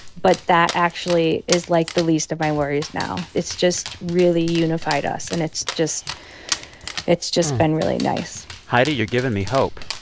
but that actually is, like, the least of my worries now. it's just really unified us, and it's it's just been really nice heidi, you're giving me hope